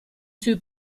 sui